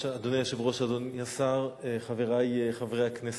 אדוני היושב-ראש, אדוני השר, חברי חברי הכנסת,